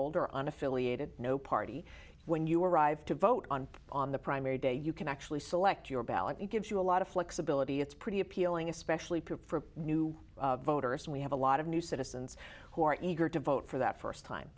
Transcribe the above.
or on affiliated no party when you arrive to vote on on the primary day you can actually select your ballot it gives you a lot of flexibility it's pretty appealing especially true for new voters and we have a lot of new citizens who are eager to vote for that first time